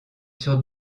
sur